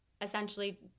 essentially